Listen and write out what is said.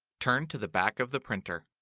turn to the back of the printer.